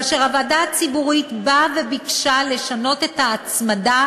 כאשר הוועדה הציבורית באה וביקשה לשנות את ההצמדה